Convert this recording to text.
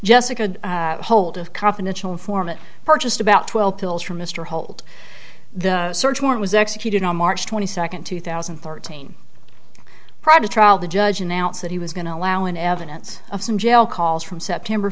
jessica hold of confidential informant purchased about twelve pills from mr holt the search warrant was executed on march twenty second two thousand and thirteen private trial the judge announced that he was going to allow in evidence of some jail calls from september